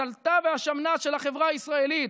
סולתה ושמנה של החברה הישראלית,